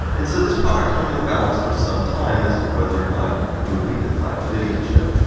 and so, this product hung in the balance for some time as to whether or not it would be the final video chip.